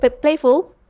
playful